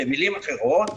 במילים אחרות: